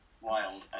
wild